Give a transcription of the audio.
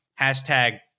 hashtag